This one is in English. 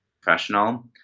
professional